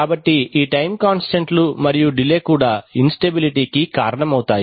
కాబట్టి ఈ టైమ్ కాంస్టంట్లు మరియు డిలే కూడా ఇన్ స్టెబిలిటీ కు కారణమవుతాయి